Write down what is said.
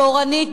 באורנית,